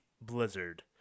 blizzard